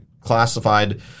classified